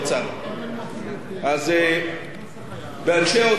באנשי האוצר, לצערי הרב,